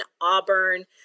Auburn